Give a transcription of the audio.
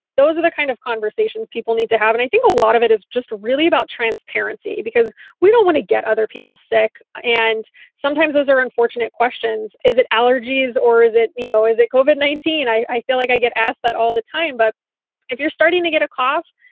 those are the kind of conversations people need to have. and i think a lot of it is just really about transparency because we don't want to get other people's sick. and sometimes those are unfortunate questions. is it allergies or is it, you know, is it over at nineteen? i feel like i get asked that all the time. but if you're starting to get a cost,